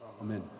Amen